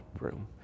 room